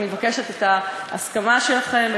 ואני מבקשת את ההסכמה שלכם,